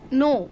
no